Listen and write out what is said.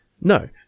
No